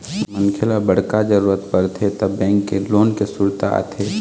मनखे ल बड़का जरूरत परथे त बेंक के लोन के सुरता आथे